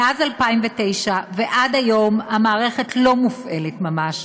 מאז 2009 ועד היום המערכת לא ממש מופעלת,